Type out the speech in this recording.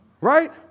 Right